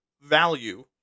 value